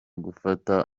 gufata